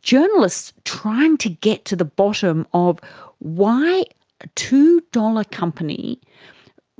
journalists trying to get to the bottom of why a two dollars company